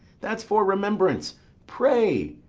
that's for remembrance pray,